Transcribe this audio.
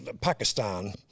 Pakistan